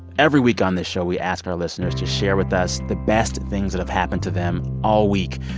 every week on this show, we ask our listeners to share with us the best things that have happened to them all week.